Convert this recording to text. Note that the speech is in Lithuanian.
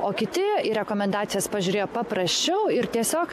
o kiti į rekomendacijas pažiūrėti paprasčiau ir tiesiog